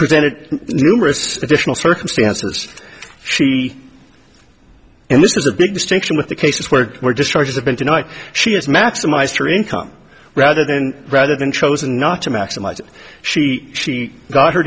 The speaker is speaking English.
presented numerous additional circumstances she and this is a big distinction with the cases where we're just charges have been tonight she has maximized her income rather than rather than chosen not to maximize she she got her